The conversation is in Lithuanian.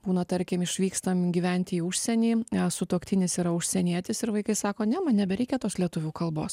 būna tarkim išvykstam gyventi į užsienį a sutuoktinis yra užsienietis ir vaikai sako ne man nebereikia tos lietuvių kalbos